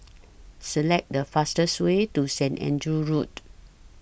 Select The fastest Way to Saint Andrew's Road